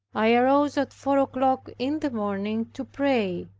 i arose at four o'clock in the morning to pray.